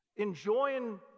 enjoying